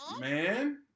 Man